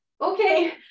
okay